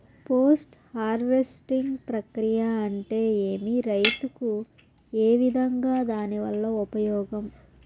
Post harvesting ప్రక్రియ అంటే ఏమి? రైతుకు ఏ విధంగా దాని వల్ల ఉపయోగం?